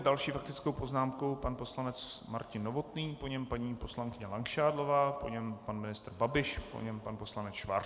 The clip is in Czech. S další faktickou poznámkou pan poslanec Martin Novotný, po něm paní poslankyně Langšádlová, po něm pan ministr Babiš, po něm pan poslanec Schwarz.